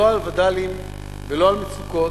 לא על וד"לים ולא על מצוקות,